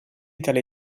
tale